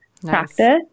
practice